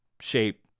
shape